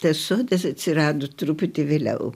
sesutės atsirado truputį vėliau